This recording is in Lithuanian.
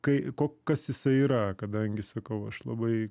kai ko kas jisai yra kadangi sakau aš labai